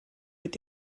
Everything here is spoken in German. mit